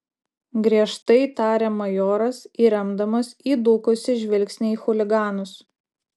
griežtai tarė majoras įremdamas įdūkusį žvilgsnį į chuliganus